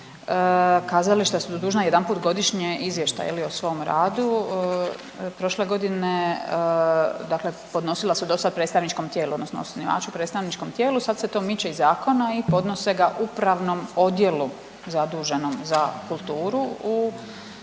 kazališta su dužna jedanput godišnje izvještaj o svom radu, prošle godine dakle podnosila su do sad predstavničkom tijelu odnosno osnivaču predstavničkom tijelu, sad se to miče iz zakona i podnose ga Upravnom odjelu zaduženom za kulturu